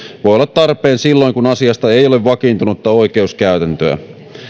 tarpeen silloin kun asiasta ei ole vakiintunutta oikeuskäytäntöä